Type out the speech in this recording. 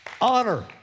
Honor